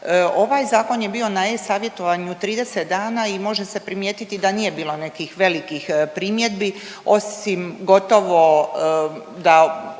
Ovaj zakon je bio na e-savjetovanju 30 dana i može se primijetiti da nije bilo nekih velikih primjedbi osim gotovo da,